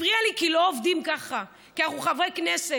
הפריע לי, כי לא עובדים ככה, כי אנחנו חברי כנסת.